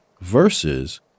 versus